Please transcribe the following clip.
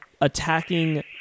attacking